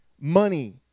money